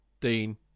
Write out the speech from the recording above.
Dean